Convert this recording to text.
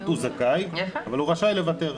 זאת אומרת הוא זכאי, אבל הוא רשאי לוותר.